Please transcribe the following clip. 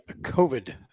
COVID